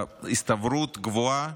בהסתברות גבוהה,